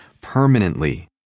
permanently